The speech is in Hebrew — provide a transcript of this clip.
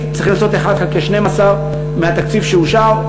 צריך לעשות 1 חלקי 12 מהתקציב שאושר,